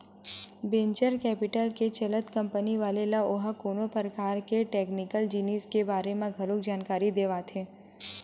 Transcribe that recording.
venture capital के चलत company वाले ल ओहा कोनो परकार के टेक्निकल जिनिस के बारे म घलो जानकारी देवाथे